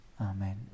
Amen